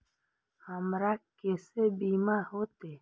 हमरा केसे बीमा होते?